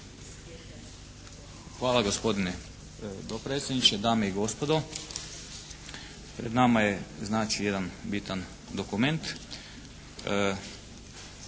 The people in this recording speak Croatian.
Hvala gospodine dopredsjedniče, dame i gospodo. Pred nama je znači jedan bitan dokument.